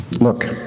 Look